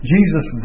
Jesus